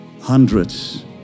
hundreds